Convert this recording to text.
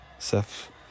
Seth